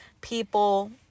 people